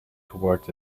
towards